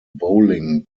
bowling